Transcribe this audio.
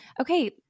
okay